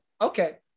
Okay